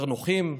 יותר נוחים,